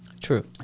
True